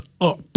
up